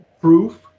proof